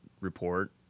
report